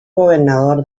gobernador